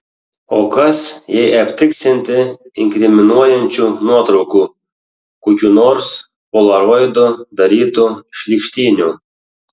o kas jei aptiksianti inkriminuojančių nuotraukų kokių nors polaroidu darytų šlykštynių